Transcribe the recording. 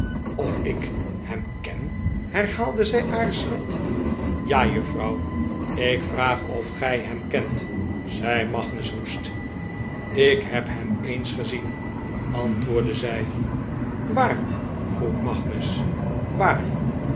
of ik hem ken herhaalde zij aarzelend ja juffrouw ik vraag of gij hem kerit zei magnus woest ik heb hem eens gezien antwoordde zij waar vroeg magnus waar